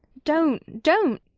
don't, don't.